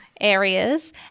areas